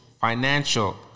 financial